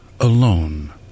alone